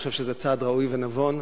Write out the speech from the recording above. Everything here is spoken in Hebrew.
אני חושב שזה צעד ראוי ונבון.